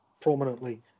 prominently